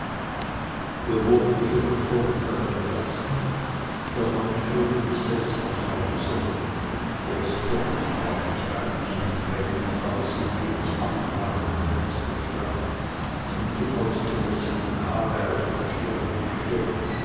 wir wurden für den vormittag entlassen der mann führte mich selbst nach hause erst dort brach ich heimlich in tränen aus indem ich abgewandt am fenster stand und die ausgerissenen haare aus der stirn wischte